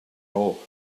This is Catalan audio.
raó